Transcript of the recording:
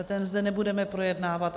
Ten zde nebudeme projednávat.